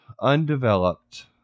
undeveloped